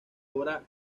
obra